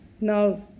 now